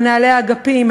מנהלי האגפים,